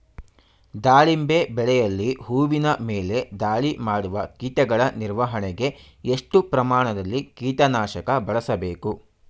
ದಾಳಿಂಬೆ ಬೆಳೆಯಲ್ಲಿ ಹೂವಿನ ಮೇಲೆ ದಾಳಿ ಮಾಡುವ ಕೀಟಗಳ ನಿರ್ವಹಣೆಗೆ, ಎಷ್ಟು ಪ್ರಮಾಣದಲ್ಲಿ ಕೀಟ ನಾಶಕ ಬಳಸಬೇಕು?